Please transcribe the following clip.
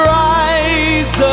rise